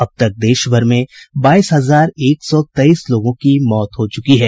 अब तक देशभर में बाईस हजार एक सौ तेईस लोगों की मौत हो चुकी है